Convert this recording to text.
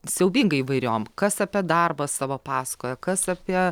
siaubingai įvairiom kas apie darbą savo pasakoja kas apie